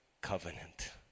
covenant